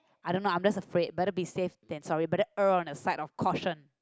I don't know I'm just afraid better be safe than sorry better err on the side of caution